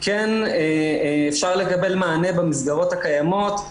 כן אפשר לקבל מענה במסגרות הקיימות.